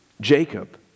jacob